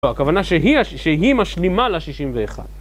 לא, הכוונה שהיא משלימה ל-61